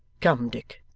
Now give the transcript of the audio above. come dick